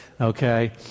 okay